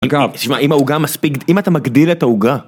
תשמע, אם העוגה מספיק... אם אתה מגדיל את העוגה